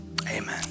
Amen